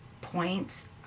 points